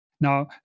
Now